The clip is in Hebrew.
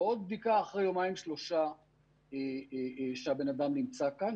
ועוד בדיקה אחרי יומיים שלושה שהבן אדם נמצא כאן.